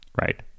right